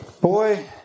boy